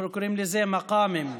אנחנו קוראים לזה מקאמים,